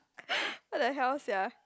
!what the hell! sia